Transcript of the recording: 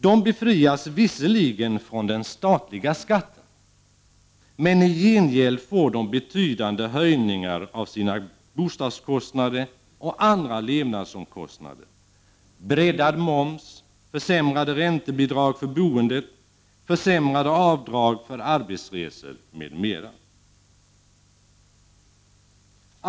De befrias visserligen från den statliga skatten, men i gengäld får de betydande höjningar av sina bostadskostnader och andra levnadsomkostnader, breddad moms, försämrade räntebidrag för boendet, försämrade avdrag för arbetsresor m.m.